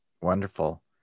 Wonderful